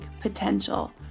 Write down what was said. potential